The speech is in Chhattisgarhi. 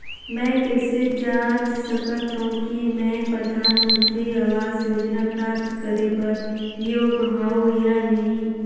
मैं कइसे जांच सकथव कि मैं परधानमंतरी आवास योजना प्राप्त करे बर योग्य हववं या नहीं?